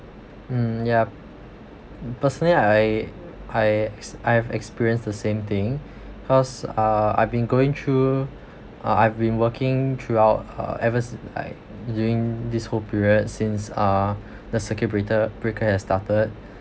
mm ya personally I I ex~ i've experienced the same thing cause uh I been going through uh i've been working throughout uh ever si~ like during this whole period since uh the circuit the circuit breaker has started